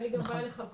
אין לי גם בעיה לחכות,